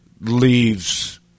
leaves